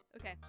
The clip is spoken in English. Okay